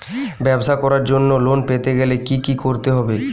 ব্যবসা করার জন্য লোন পেতে গেলে কি কি করতে হবে?